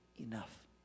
enough